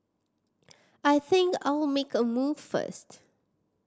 I think I'll make a move first